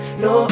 no